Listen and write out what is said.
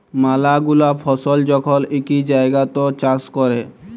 ম্যালা গুলা ফসল যখল ইকই জাগাত চাষ ক্যরে